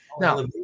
Now